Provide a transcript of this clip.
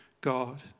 God